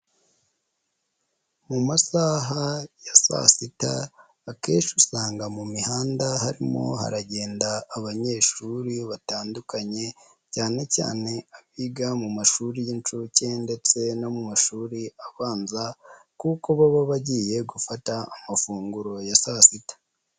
Mu masaha ya saa sita akenshi usanga mu mihanda harimo haragenda abanyeshuri batandukanye, cyane cyane abiga mu mashuri y'incuke ndetse no mu mashuri abanza, kuko baba bagiye gufata amafunguro ya saa sita.